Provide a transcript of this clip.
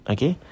Okay